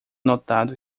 notado